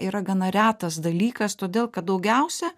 yra gana retas dalykas todėl kad daugiausia